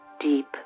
deep